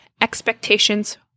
expectations